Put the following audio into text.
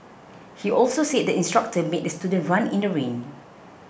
he also said the instructor made the student run in the rain